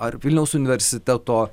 ar vilniaus universiteto